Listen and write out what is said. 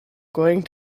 going